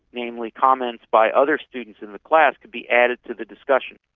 namely comments by other students in the class, could be added to the discussion.